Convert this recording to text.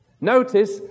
Notice